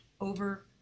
over